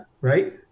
right